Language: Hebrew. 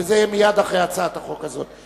וזה יהיה מייד אחרי הצעת החוק הזאת.